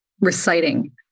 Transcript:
reciting